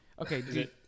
Okay